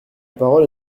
parole